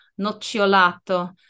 nocciolato